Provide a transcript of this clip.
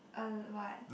uh what